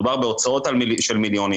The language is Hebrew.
מדובר בהוצאות של מיליונים,